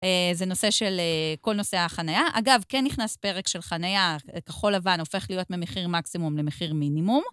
זה נושא של כל נושאי החנייה. אגב, כן נכנס פרק של חנייה כחול לבן, הופך להיות ממחיר מקסימום למחיר מינימום.